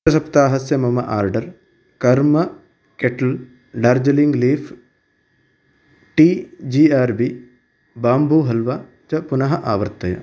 गतसप्ताहस्य मम आर्डर् कर्म kettle Darjeeling leaf tea G R B Bombay halwa च पुनः आवर्तय